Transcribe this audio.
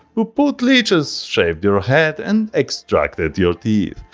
who put leeches, shaved your ah head and extracted your teeth.